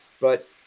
But-